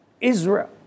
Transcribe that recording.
Israel